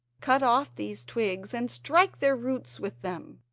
cut off these twigs and strike their roots with them,